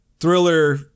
Thriller